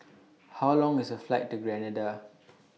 How Long IS The Flight to Grenada